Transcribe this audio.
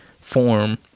form